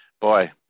boy